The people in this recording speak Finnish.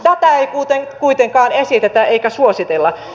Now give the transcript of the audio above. tätä ei muuten kuitenkaan esitetä eikä suositella